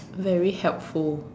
very helpful